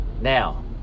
Now